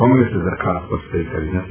કોંગ્રેસે દરખાસ્ત પર સહી કરી નથી